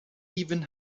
even